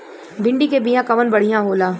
भिंडी के बिया कवन बढ़ियां होला?